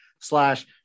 slash